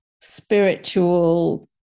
spiritual